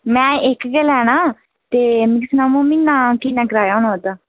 में इक गै लैना ते मिगी सनाओ हां म्हीने दा किन्ना कराया है ओह्दा